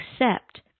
accept